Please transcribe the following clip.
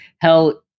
hell